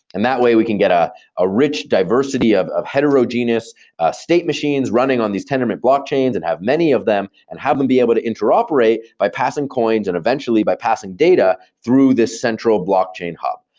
and that way we can get a ah rich diversity of of heterogeneous state machines running on these tendermint blockchains and have many of them and have them be able to interoperate by passing coins and eventually bypassing data through the central blockchain hub.